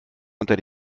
unter